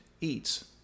eats